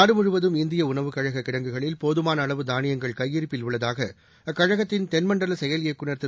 நாடு முழுவதும் இந்திய உணவுக்கழக கிடங்குகளில் போதுமான அளவு தானியங்கள் கையிருப்பில் உள்ளதாக அக்கழகத்தின் தென்மண்டல செயல் இயக்குநர் திரு